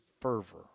fervor